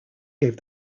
gave